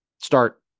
start